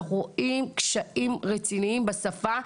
אנחנו רואים קשיים רציניים בשפה,